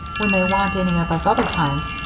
when they want any of us other times,